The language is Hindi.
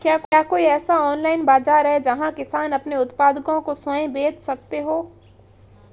क्या कोई ऐसा ऑनलाइन बाज़ार है जहाँ किसान अपने उत्पादकों को स्वयं बेच सकते हों?